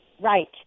Right